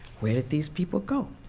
where these people go?